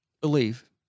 believe